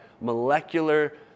molecular